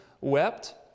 wept